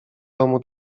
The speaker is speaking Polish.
domu